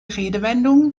redewendungen